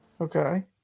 Okay